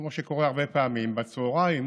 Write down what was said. כמו שקורה הרבה פעמים, בצוהריים